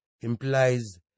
implies